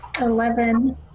eleven